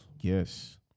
Yes